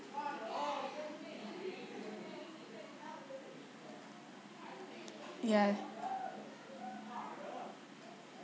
yeah